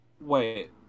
Wait